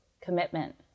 commitment